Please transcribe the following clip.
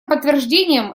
подтверждением